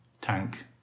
tank